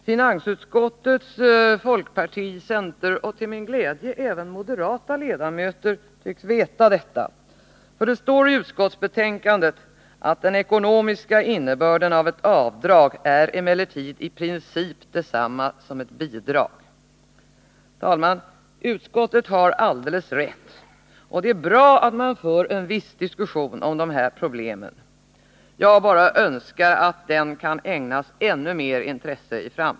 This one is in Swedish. Finansutskottets folkpartioch centerpartiledamöter, och till min glädje även de moderata ledamöterna, tycks veta detta, för det står i utskottsbetänkandet att den ”ekonomiska innebörden av ett avdrag är emellertid i princip detsamma som ett bidrag”. Herr talman! Utskottet har alldeles rätt, och det är bra att man för en viss diskussion om de här problemen. Jag önskar bara att de i framtiden kan ägnas ännu mer intresse.